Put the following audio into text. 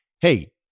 hey